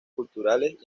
culturales